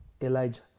Elijah